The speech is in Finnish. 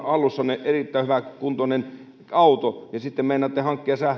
hallussanne erittäin hyväkuntoinen auto ja sitten meinaatte hankkia